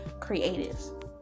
creatives